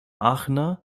aachener